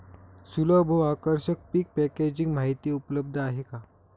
सुलभ व आकर्षक पीक पॅकेजिंग माहिती उपलब्ध आहे का?